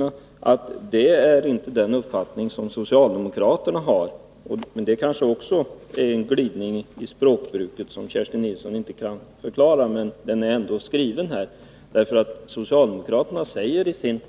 Jag vill då hävda att det inte är socialdemokraternas uppfattning. Men det kanske också är en glidning i språkbruket, som Kerstin Nilsson inte Nr 145 kan förklara. Det finns ändå uttryckt i skrivningarna här. Socialdemokra Onsdagen den terna säger nämligen i sin